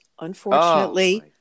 unfortunately